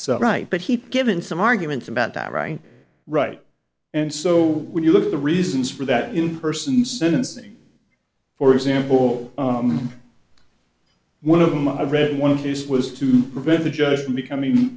so right but heap given some arguments about that right right and so when you look at the reasons for that in person sentencing for example one of them i've read one of these was to prevent the judge from becoming